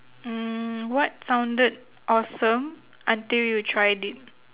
mm what sounded awesome until you tried it